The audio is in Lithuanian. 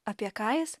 apie ką jis